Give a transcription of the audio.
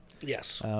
Yes